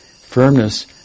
Firmness